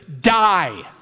Die